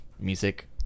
music